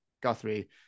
Guthrie